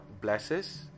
blesses